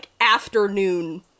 afternoon